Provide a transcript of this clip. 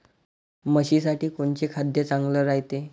म्हशीसाठी कोनचे खाद्य चांगलं रायते?